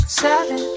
seven